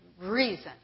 reason